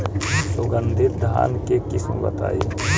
सुगंधित धान के किस्म बताई?